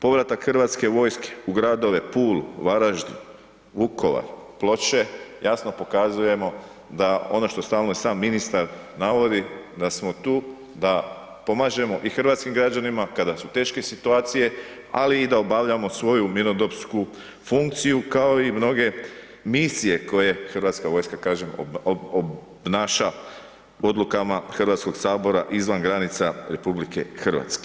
Povratak Hrvatske vojske u gradove Pulu, Varaždin, Vukovar, Ploče, jasno pokazujemo da ono što stalno i sam ministar navodi, da smo tu, da pomažemo i hrvatskim građanima, kada su teške situacije, ali i da obavljamo i svoju mirnodopsku funkciju kao i mnoge misije koje Hrvatska vojska, kažem, obnaša odlukama HS-a izvan granica RH.